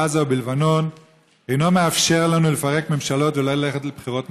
בעזה ובלבנון אינו מאפשר לנו לפרק ממשלות וללכת לבחירות מוקדמות,